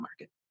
market